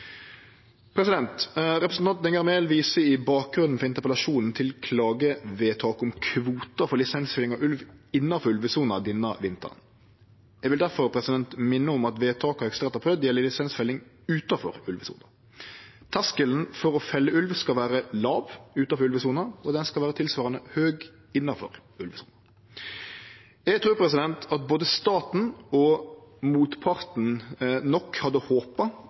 Representanten Enger Mehl viser i bakgrunnen for interpellasjonen til klagevedtak om kvoter for lisensfelling av ulv innanfor ulvesona denne vinteren. Eg vil difor minne om at vedtaket Høgsterett har prøvd, gjeld lisensfelling utanfor ulvesona. Terskelen for å felle ulv skal vere låg utanfor ulvesona, og han skal vere tilsvarande høg innanfor ulvesona. Eg trur at både staten og motparten nok hadde håpa